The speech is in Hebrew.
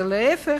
להיפך,